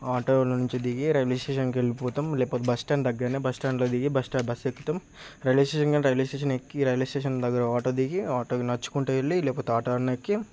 auto నుంచి దిగి railway station వెళ్ళిపోతాము లేకపోతే బస్టాండ్ దగ్గరే బస్టాండ్లో దిగి బస్టాండ్ బస్సు ఎక్కుతాము రైల్వే స్టేషన్ కాడ రైల్వే స్టేషన్ ఎక్కి రైల్వే స్టేషన్ దగ్గర ఆటో దిగి ఆటోకి నడుచుకుంటూ వెళ్ళి లేకపోతే ఆటో అయినా ఎక్కి